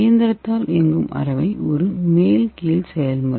இயந்திரத்தால் இயங்கும் அரைவை ஒரு மேல் கீழ் செயல்முறை